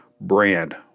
brand